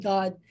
God